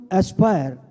aspire